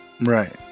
Right